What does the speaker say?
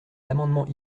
amendements